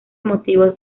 motivos